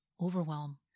overwhelm